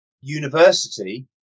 university